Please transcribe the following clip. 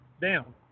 down